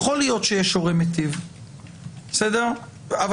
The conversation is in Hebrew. יכול להיות שיש הורה מיטיב אבל הפגיעה